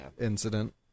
incident